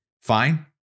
fine